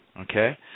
Okay